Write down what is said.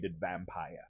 vampire